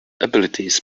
abilities